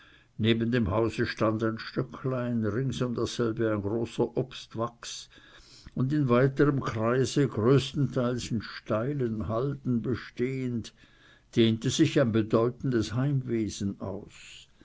neben dem hause stand ein stöcklein rings um dasselbe ein großer obstwachs und in weiterem kreise größtenteils in steilen halden bestehend dehnte sich ein bedeutendes heimwesen aus